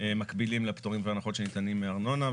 מקבילים לפטורים והנחות שניתנים מארנונה,